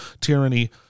tyranny